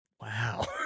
Wow